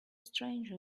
stranger